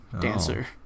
dancer